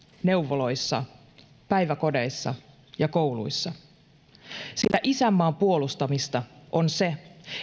neuvoloissa päiväkodeissa ja kouluissa sillä isänmaan puolustamista on se